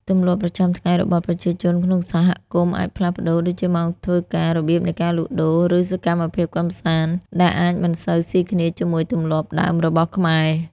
ទម្លាប់ប្រចាំថ្ងៃរបស់ប្រជាជនក្នុងសហគមន៍អាចផ្លាស់ប្តូរ ដូចជាម៉ោងធ្វើការ របៀបនៃការលក់ដូរ ឬសកម្មភាពកម្សាន្ត ដែលអាចមិនសូវស៊ីគ្នាជាមួយទម្លាប់ដើមរបស់ខ្មែរ។